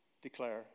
declare